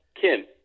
Kim